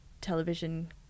television